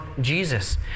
Jesus